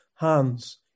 hands